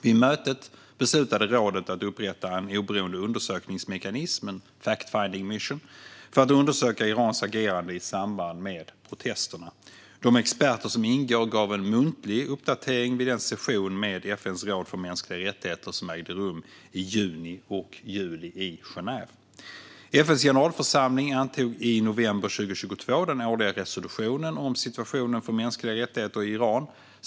Vid mötet beslutade rådet att upprätta en oberoende undersökningsmekanism för att undersöka Irans agerande i samband med protesterna. De experter som ingår gav en muntlig uppdatering vid den session med FN:s råd för mänskliga rättigheter som ägde rum i juni och juli i Genève. FN:s generalförsamling antog i november 2022 den årliga resolutionen om situationen för mänskliga rättigheter i Iran.